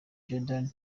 jordan